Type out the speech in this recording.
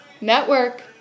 network